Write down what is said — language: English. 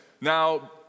now